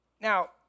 Now